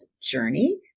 journey